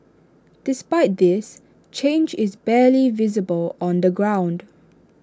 despite this change is barely visible on the ground